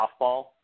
softball